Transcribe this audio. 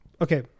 okay